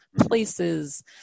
places